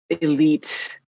elite